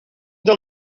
del